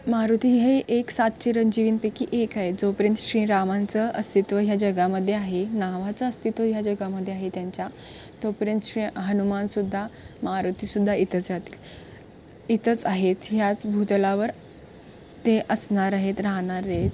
मारुती हे एक सात चिरंजीवींपैकी एक ह आहे जोपर्यंत श्रीरामांचं अस्तित्व ह्या जगामध्ये आहे नावाचं अस्तित्व ह्या जगामध्ये आहे त्यांच्या तो पर्यंत श्री हनुमानसुद्धा मारुतीसुद्धा इथंच राहतील इथंच आहेत ह्याच भूतलावर ते असणार आहेत राहणार आहेत